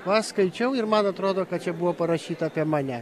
paskaičiau ir man atrodo kad čia buvo parašyta apie mane